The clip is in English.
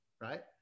right